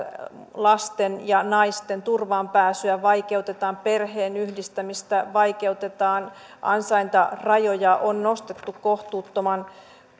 lasten ja naisten turvaan pääsyä vaikeutetaan perheenyhdistämistä vaikeutetaan ansaintarajoja on nostettu kohtuuttoman